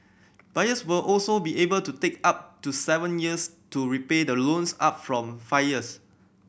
buyers will also be able to take up to seven years to repay the loans up from five years